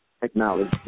technology